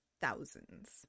thousands